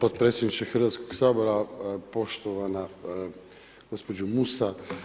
Potpredsjedniče Hrvatskog sabora, poštovana gospođo Musa.